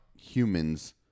humans